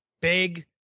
big